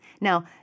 Now